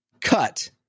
Cut